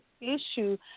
issue